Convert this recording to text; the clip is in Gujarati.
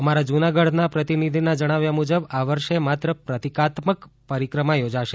અમારા જૂનાગઢનાં પ્રતિનિધિનાં જણાવ્યા મુજબ આ વર્ષે માત્ર પ્રતિકાત્મક પરિક્રમા યોજાશે